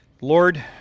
Lord